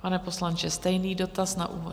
Pane poslanče, stejný dotaz na úvod.